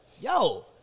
yo